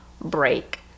break